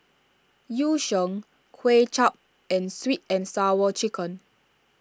Yu Sheng Kuay Chap and Sweet and Sour Chicken